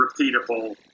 repeatable